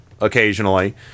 occasionally